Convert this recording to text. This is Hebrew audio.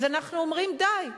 אז אנחנו אומרים: די.